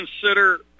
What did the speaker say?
consider